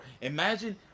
Imagine